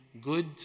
good